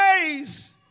ways